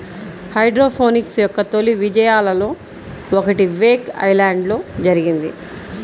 hydroponics యొక్క తొలి విజయాలలో ఒకటి వేక్ ఐలాండ్లో జరిగింది